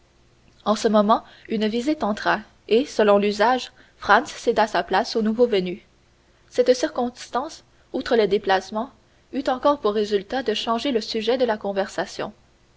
en ce moment une visite entra et selon l'usage franz céda sa place au nouveau venu cette circonstance outre le déplacement eut encore pour résultat de changer le sujet de la conversation